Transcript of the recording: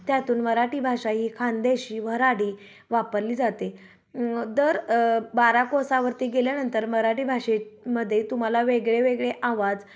त्यातून मराठी भाषा ही खानदेशी वऱ्हाडी वापरली जाते दर बारा कोसावरती गेल्यानंतर मराठी भाषेमध्ये तुम्हाला वेगळे वेगळे आवाज